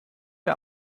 der